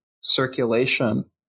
circulation